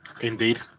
Indeed